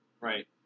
Right